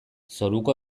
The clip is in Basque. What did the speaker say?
zoruko